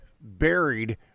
buried